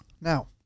Now